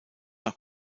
nach